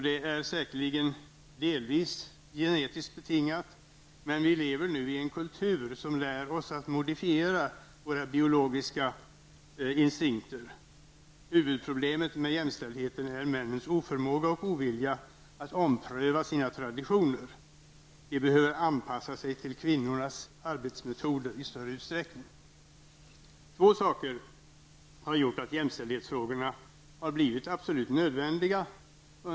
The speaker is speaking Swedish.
Det är säkerligen delvis genetiskt betingat, men vi lever nu i en kultur som lär oss att modifiera våra biologiska instinkter. Huvudproblemet med jämställdheten är männens oförmåga och ovilja att ompröva sina traditioner. De behöver i större utsträckning anpassa sig till kvinnors arbetsmetoder. Det är två saker som under senare århundraden gjort jämställdhetsfrågorna absolut nödvändiga.